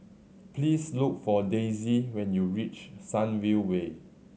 please look for Daisye when you reach Sunview Way